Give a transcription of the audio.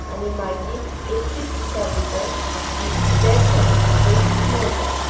आनी मागीर एकवीस दिसां भितर ती डेथ सर्टिफिकेट मेळटा